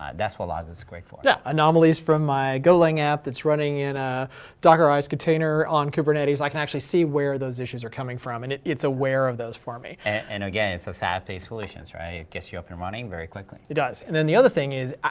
ah that's what loggly's great for. yeah, anomalies from my golang app that's running in a dockerized container on kubernetes i can actually see where those issues are coming from and it's aware of those for me. and again, so sas-based solutions, right? it gets you up and running very quickly. it does, and then the other thing is,